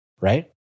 right